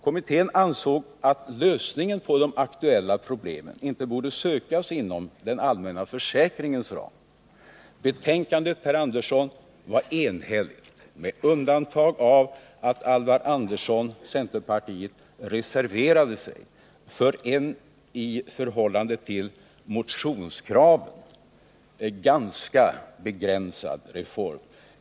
Kommittén ansåg att lösningen på de aktuella problemen inte borde sökas inom den allmänna försäkringens ram. Betänkandet, herr Andersson, var enhälligt med undantag av att Alvar Andersson, centerpartiet, reserverade sig för en i förhållande till motionskraven ganska begränsad reform.